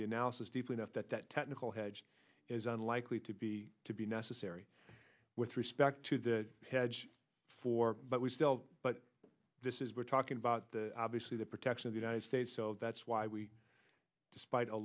the analysis deeply enough that that technical hedge is unlikely to be to be necessary with respect to the hedge for but we still but this is we're talking about the obviously the protection of the united states so that's why we despite a